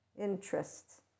interests